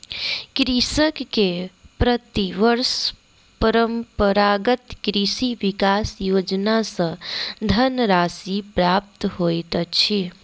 कृषक के प्रति वर्ष परंपरागत कृषि विकास योजना सॅ धनराशि प्राप्त होइत अछि